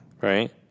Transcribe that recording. Right